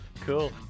Cool